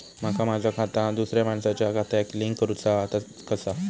माका माझा खाता दुसऱ्या मानसाच्या खात्याक लिंक करूचा हा ता कसा?